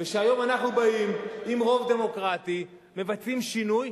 וכשהיום אנחנו באים עם רוב דמוקרטי, מבצעים שינוי,